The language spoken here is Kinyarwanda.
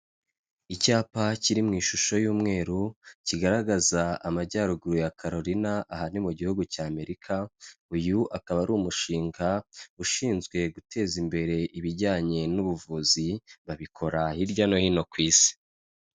Icyapa kiri mu ishusho y'umweru kigaragaza amajyaruguru ya Karolina aha ni mu gihugu cy'Amerika, uyu akaba ari umushinga ushinzwe guteza imbere ibijyanye n'ubuvuzi, babikora hirya no hino ku isi.